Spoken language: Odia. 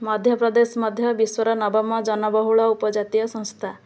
ମଧ୍ୟପ୍ରଦେଶ ମଧ୍ୟ ବିଶ୍ୱର ନବମ ଜନବହୁଳ ଉପଜାତୀୟ ସଂସ୍ଥା